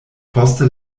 poste